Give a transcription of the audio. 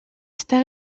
està